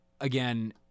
again